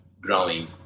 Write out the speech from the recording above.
growing